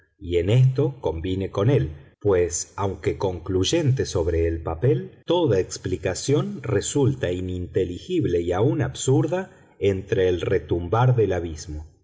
y en esto convine con él pues aunque concluyente sobre el papel toda explicación resulta ininteligible y aun absurda entre el retumbar del abismo